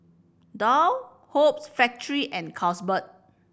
Doux Hoops Factory and Carlsberg